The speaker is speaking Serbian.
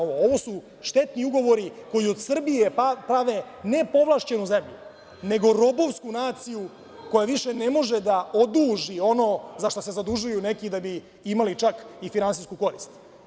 Ovo su štetni ugovori koji od Srbije prave ne povlašćenu zemlju, nego robovsku naciju koja više ne može da oduži ono za šta se zadužuju neki da bi imali čak i finansijsku korist.